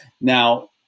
Now